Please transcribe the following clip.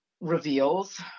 reveals